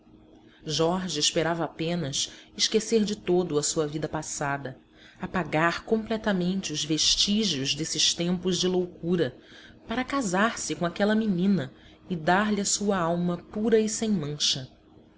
jorge esperava apenas esquecer de todo a sua vida passada apagar completamente os vestígios desses tempos de loucura para casar-se com aquela menina e dar-lhe a sua alma pura e sem mancha